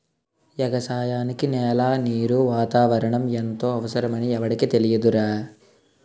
ఎగసాయానికి నేల, నీరు, వాతావరణం ఎంతో అవసరమని ఎవుడికి తెలియదురా